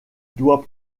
doit